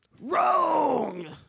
Wrong